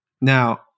Now